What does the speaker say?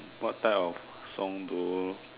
what type of song do you